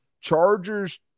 Chargers